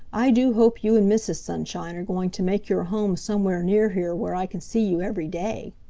i do hope you and mrs. sunshine are going to make your home somewhere near here where i can see you every day.